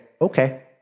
okay